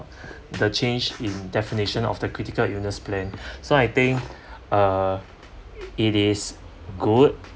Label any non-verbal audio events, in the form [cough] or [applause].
[breath] the change in definition of the critical illness plan [breath] so I think [breath] uh it is good